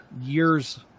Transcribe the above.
years